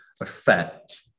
affect